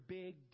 big